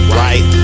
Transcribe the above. right